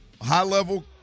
high-level